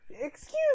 Excuse